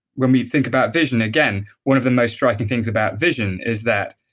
when we think about vision, again one of the most striking things about vision is that